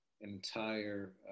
entire